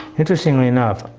interesting like enough,